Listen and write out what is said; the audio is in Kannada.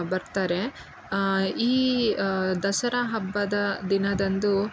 ಬರ್ತಾರೆ ಈ ದಸರಾ ಹಬ್ಬದ ದಿನದಂದು